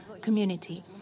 community